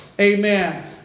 Amen